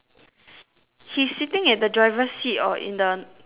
he's is sitting at the driver seat or in the passenger seat